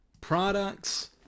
products